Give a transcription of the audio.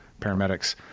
paramedics